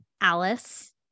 Alice